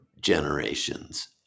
generations